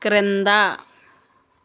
క్రింద